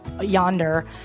yonder